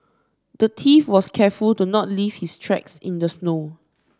the thief was careful to not leave his tracks in the snow